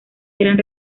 eran